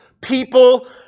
people